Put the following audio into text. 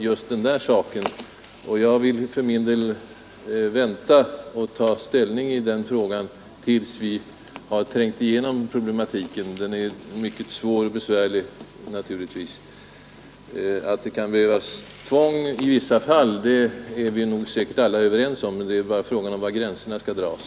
Jag vill för min del vänta med att ta ställning till den frågan tills vi har trängt igenom problematiken — den är naturligtvis mycket svår och komplicerad. Att det kan behövas tvång i vissa fall är vi säkerligen alla överens om; det är bara fråga om var och hur gränserna skall dras.